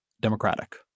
democratic